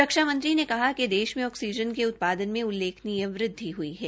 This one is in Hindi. रक्षामंत्री ने कहा कि देश में ऑक्सीजन के उत्पादन में उलेखनीय वृद्धि हई है